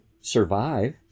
survive